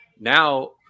now